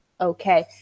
okay